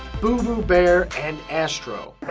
boo boo bear, and astro.